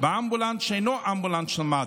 באמבולנס שאינו אמבולנס של מד"א.